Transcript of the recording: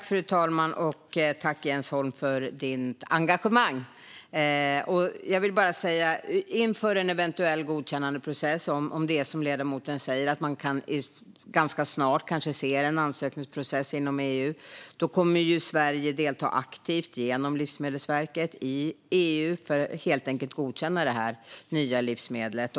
Fru talman! Jag tackar Jens Holm för hans engagemang. Ledamoten säger att det ganska snart kanske kommer att ske en ansökningsprocess inom EU. I en eventuell godkännandeprocess kommer Sverige att delta aktivt i EU genom Livsmedelsverket för att godkänna det här nya livsmedlet.